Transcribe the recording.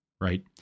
right